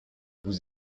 vous